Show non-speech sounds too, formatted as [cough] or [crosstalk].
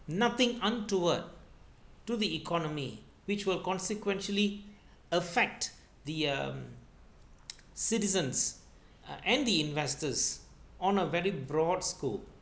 nothing untoward to the economy which will consequently affect the um [noise] citizens uh and the investors on a very broad scope